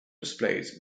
displays